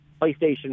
PlayStation